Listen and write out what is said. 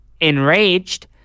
Enraged